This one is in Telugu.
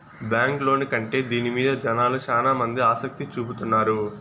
బ్యాంక్ లోను కంటే దీని మీద జనాలు శ్యానా మంది ఆసక్తి చూపుతున్నారు